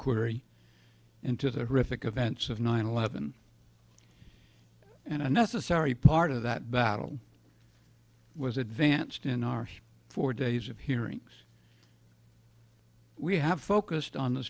inquiry into the rif events of nine eleven and a necessary part of that battle was advanced in our four days of hearings we have focused on the